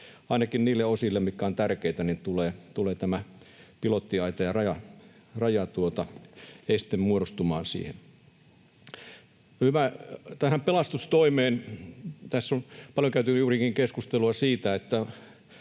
Ainakin niille osille, mitkä ovat tärkeitä, tulee tämä pilottiaita ja rajaeste muodostumaan. Tähän pelastustoimeen: Tässä on paljon käyty juurikin keskustelua siitä,